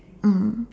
mm